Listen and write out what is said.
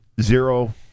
zero